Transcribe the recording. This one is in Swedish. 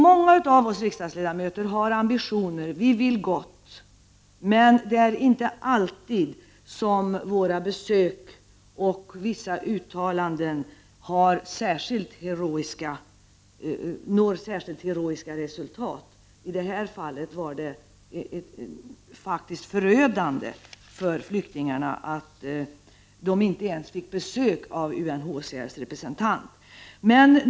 Många av oss riksdagsledamöter har ambitioner — vi vill gott — men det är inte alltid som våra besök och våra uttalanden ger särskilt heroiska resultat. I det här fallet var det faktiskt förödande för flyktingarna, som inte ens fick besök av UNHCR:s representant.